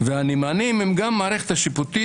והנמענים הם גם המערכת השיפוטית,